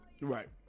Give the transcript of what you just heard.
Right